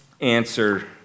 answer